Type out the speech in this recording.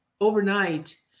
overnight